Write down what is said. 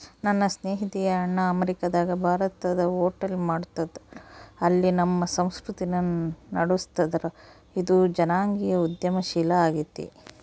ನನ್ನ ಸ್ನೇಹಿತೆಯ ಅಣ್ಣ ಅಮೇರಿಕಾದಗ ಭಾರತದ ಹೋಟೆಲ್ ಮಾಡ್ತದರ, ಅಲ್ಲಿ ನಮ್ಮ ಸಂಸ್ಕೃತಿನ ನಡುಸ್ತದರ, ಇದು ಜನಾಂಗೀಯ ಉದ್ಯಮಶೀಲ ಆಗೆತೆ